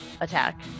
attack